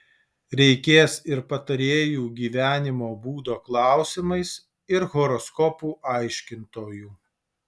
reikės ir patarėjų gyvenimo būdo klausimais ir horoskopų aiškintojų